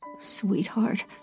Sweetheart